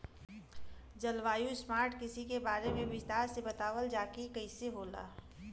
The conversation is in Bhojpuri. जलवायु स्मार्ट कृषि के बारे में विस्तार से बतावल जाकि कइसे होला?